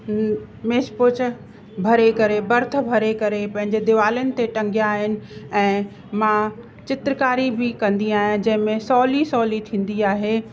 मेजपोश भरे करे भर्थ भरे करे पंहिंजे दीवारनि ते टंगिया आहिनि ऐं मां चित्रकारी बि कंदी आहियां जंहिंमें सहुली सहुली थींदी आहे